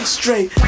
straight